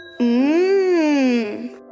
Mmm